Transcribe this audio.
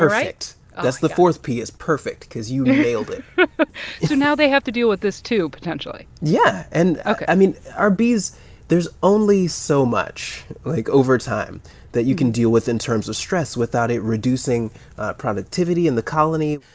right? perfect. that's the fourth p is perfect cause you nailed it so now they have to deal with this, too, potentially yeah. and i mean, our bees there's only so much, like, over time that you can deal with in terms of stress without it reducing productivity in the colony.